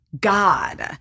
God